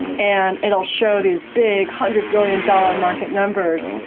and it will show these big hundred billion dollar market numbers.